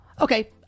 Okay